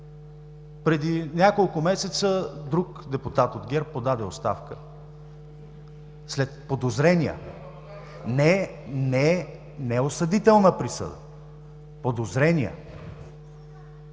Преди няколко месеца друг депутат от ГЕРБ подаде оставка – след подозрения, не осъдителна присъда. (Шум и